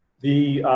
the,